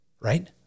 right